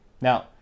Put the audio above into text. Now